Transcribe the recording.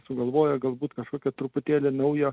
sugalvoja galbūt kažkokio truputėlį naujo